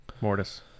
mortis